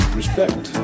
respect